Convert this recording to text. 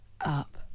up